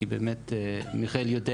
כי באמת מיכאל יודע